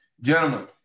gentlemen